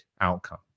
outcome